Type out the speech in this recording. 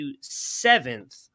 seventh